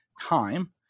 time